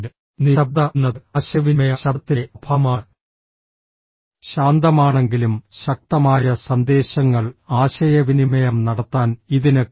നിശബ്ദത എന്നത് ആശയവിനിമയ ശബ്ദത്തിന്റെ അഭാവമാണ് ശാന്തമാണെങ്കിലും ശക്തമായ സന്ദേശങ്ങൾ ആശയവിനിമയം നടത്താൻ ഇതിന് കഴിയും